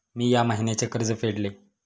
मी या महिन्याचे कर्ज फेडले